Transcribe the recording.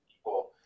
people